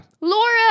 Laura